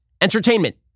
entertainment